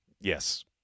Yes